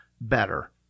better